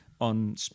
on